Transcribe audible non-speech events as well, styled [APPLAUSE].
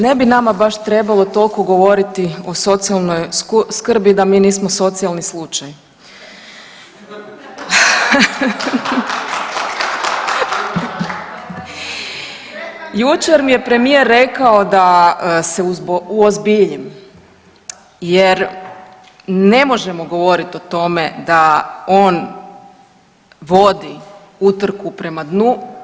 Ne bi nama baš trebalo tolko govoriti o socijalnoj skrbi da mi nismo socijalni slučaj. …/Smijeh/… … [APPLAUSE] Jučer mi je premijer rekao da se uozbiljim jer ne možemo govorit o tome da on vodi utrku prema dnu.